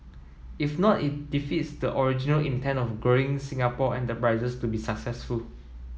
if not it defeats the original intent of growing Singapore enterprises to be successful